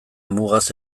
mugaz